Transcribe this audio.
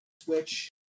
Switch